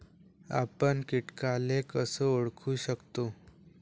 आपन कीटकाले कस ओळखू शकतो?